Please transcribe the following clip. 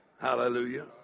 Hallelujah